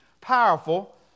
powerful